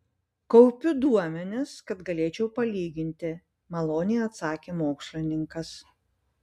kaupiu duomenis kad galėčiau palyginti maloniai atsakė mokslininkas